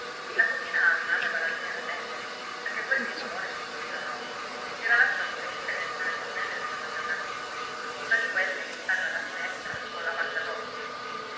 la cugina anna aveva ragione da vendere perché quel bietolone di suo figlio rocco si era lasciato irretire dentro le gonnelle della mangiacarrubbe una di quelle che stanno alla finestra colla faccia tosta